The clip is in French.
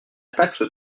taxe